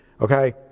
okay